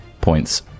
points